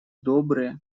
добрые